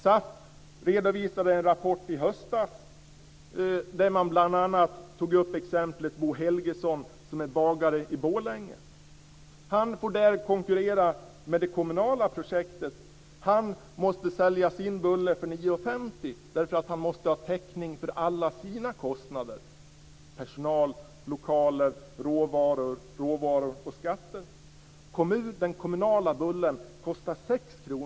SAF redovisade en rapport i höstas där man bl.a. tog upp exemplet Bo Helgesson, som är bagare i Borlänge. Han får där konkurrera med det kommunala projektet. Han måste sälja sin bulle för 9,50 kr eftersom han måste ha täckning för alla sina kostnader: personal, lokaler, råvaror och skatter. Den kommunala bullen kostar 6 kr.